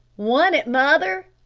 won it, mother!